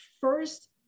first